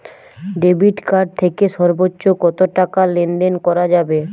Debit card থেকে সর্বোচ্চ কত টাকা লেনদেন করা যাবে?